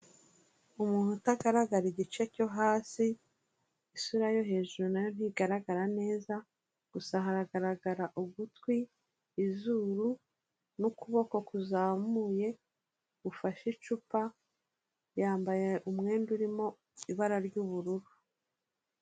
Umuntu utagaragara igice cyo hasi isura yo hejuru nayo ntigaragara neza, gusa haragaragara ugutwi, izuru n'ukuboko kuzamuye gufashe icupa, yambaye umwenda urimo ibara ry'ubururu.